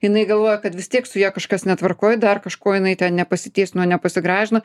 jinai galvojo kad vis tiek su ja kažkas netvarkoj dar kažko jinai ten nepasitiesino nepasigražino